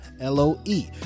l-o-e